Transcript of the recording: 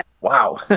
wow